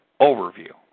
overview